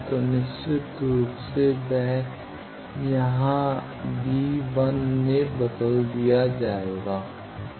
तो निश्चित रूप से यह यहाँ वगैरह में बदल दिया गया है